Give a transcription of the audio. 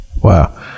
wow